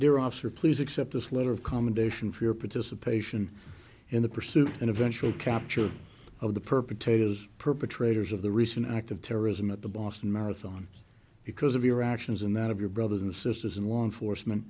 dear officer please accept this letter of commendation for your participation in the pursuit and eventual capture of the perpetrators perpetrators of the recent act of terrorism at the boston marathon because of your actions and that of your brothers and sisters in law enforcement